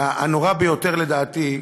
והנורא ביותר, לדעתי,